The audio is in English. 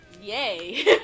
Yay